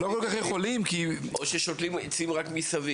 או ששותלים עצים רק מסביב?